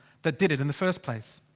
that did it in the first place.